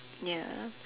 ya